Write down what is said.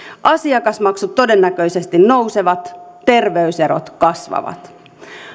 asiakasmaksut todennäköisesti nousevat terveyserot kasvavat